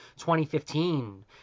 2015